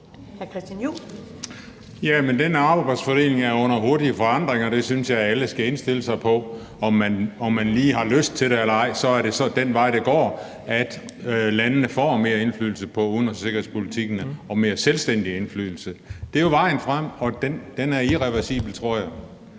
den arbejdsfordeling er jo under hurtig forandring, og det synes jeg alle skal indstille sig på. Om man lige har lyst til det eller ej, er det så den vej, det går, at landene får mere indflydelse på udenrigs- og sikkerhedspolitikken og mere selvstændig indflydelse. Det er jo vejen frem, og den tror jeg